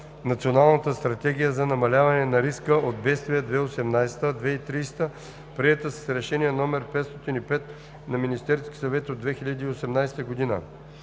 Националната стратегия за намаляване риска от бедствия 2018 – 2030, приета с Решение № 505 на Министерския съвет от 2018 г.